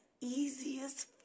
easiest